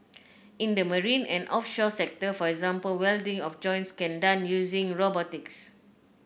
in the marine and offshore sector for example welding of joints can done using robotics